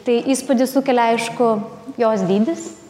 tai įspūdį sukelia aišku jos dydis